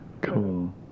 Cool